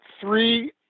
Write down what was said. three